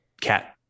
cat